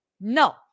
no